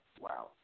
wow